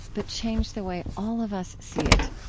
but changed the way all of us see it.